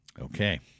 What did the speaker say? Okay